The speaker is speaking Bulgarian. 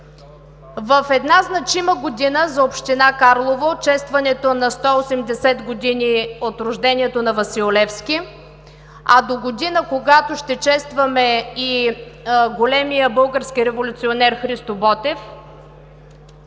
В една значима година за община Карлово – честването на 180 години от рождението на Васил Левски, а догодина ще честваме и големия български революционер Христо Ботев,